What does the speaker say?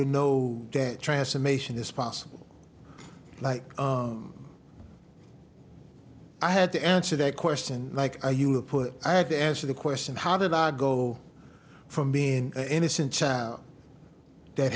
to know that transformation is possible like i had to answer that question like are you a put i have to answer the question how did i go from being innocent child that